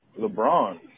LeBron